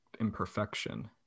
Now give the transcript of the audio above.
imperfection